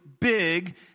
big